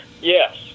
Yes